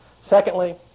Secondly